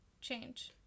Change